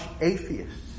atheists